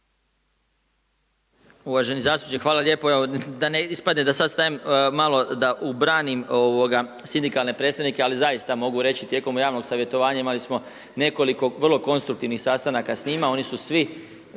Uvaženi zastupniče, hvala lijepo. Evo da ne ispadne da sada stajem, malo da ubranim sindikalne predstavnike, ali zaista mogu reći tijekom javnog savjetovanja imali smo nekoliko vrlo konstruktivnih sastanaka sa njima,